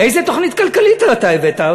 איזה תוכנית כלכלית אתה הבאת?